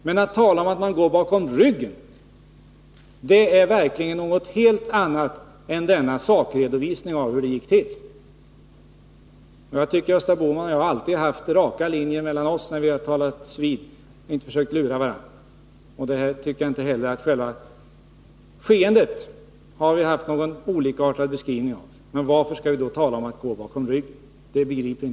Men att tala om att man går bakom ryggen är verkligen något helt annat än denna sakredovisning av hur det gick till. Jag tycker att Gösta Bohman och jag alltid har haft raka linjer mellan oss när vi har talats vid och inte försökt att lura varandra. När det gäller själva skeendet tycker jag inte heller att vi har haft olikartad beskrivning att ge. Men varför skall man då tala om att gå bakom ryggen? Jag begriper inte det uttryckssättet.